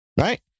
Right